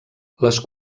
les